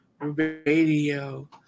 Radio